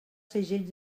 segell